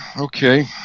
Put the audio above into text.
okay